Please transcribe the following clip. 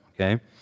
okay